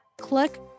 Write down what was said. click